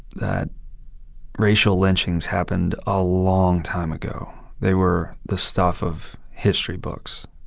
that racial lynchings happened a long time ago. they were the stuff of history books.